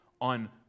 on